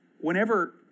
Whenever